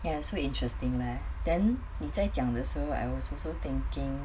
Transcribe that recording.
ya so interesting leh then 你在讲的时候 I was also thinking